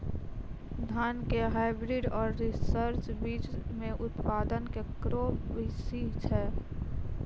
धान के हाईब्रीड और रिसर्च बीज मे उत्पादन केकरो बेसी छै?